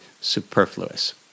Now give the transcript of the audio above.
superfluous